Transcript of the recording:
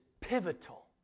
pivotal